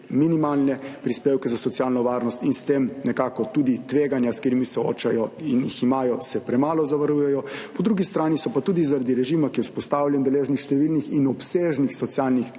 minimalne prispevke za socialno varnost in s tem nekako tudi tveganja, s katerimi se soočajo in jih imajo, se premalo zavarujejo, po drugi strani so pa tudi zaradi režima, ki je vzpostavljen, deležni številnih in obsežnih socialnih